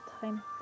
time